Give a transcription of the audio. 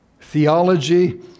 theology